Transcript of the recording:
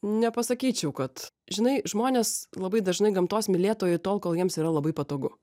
nepasakyčiau kad žinai žmonės labai dažnai gamtos mylėtojai tol kol jiems yra labai patogu